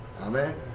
Amen